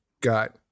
got